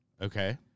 Okay